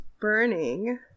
Burning